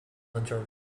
enjoyed